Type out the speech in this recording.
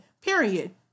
period